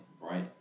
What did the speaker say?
right